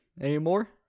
anymore